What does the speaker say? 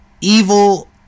Evil